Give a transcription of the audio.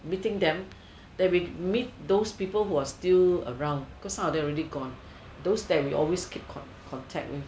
meeting them that we meet those people who are still around because some are already gone those that we keep contact with